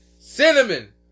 Cinnamon